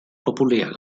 populär